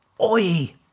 Oi